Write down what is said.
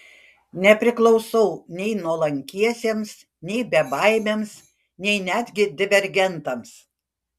nepriklausau nei nuolankiesiems nei bebaimiams nei netgi divergentams